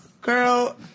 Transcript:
girl